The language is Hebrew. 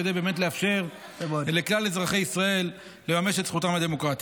כדי לאפשר לכלל אזרחי ישראל לממש את זכותם הדמוקרטית.